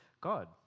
God